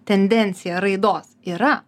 tendencija raidos yra